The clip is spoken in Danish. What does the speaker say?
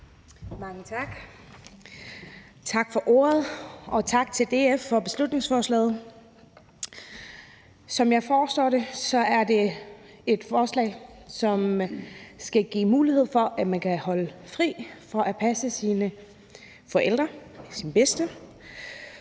Mange tak for ordet, og tak til DF for beslutningsforslaget. Som jeg forstår det, er det et forslag, som skal give mulighed for, at man kan holde fri for at passe sine forældre og sine